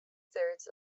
thirds